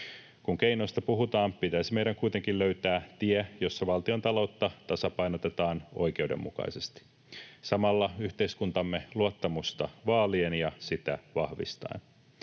Kun keinoista puhutaan, pitäisi meidän kuitenkin löytää tie, jossa valtiontaloutta tasapainotetaan oikeudenmukaisesti, samalla yhteiskuntamme luottamusta vaalien ja sitä vahvistaen.